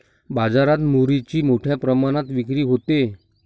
बाजारात मुरीची मोठ्या प्रमाणात विक्री होते